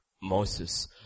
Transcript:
Moses